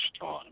time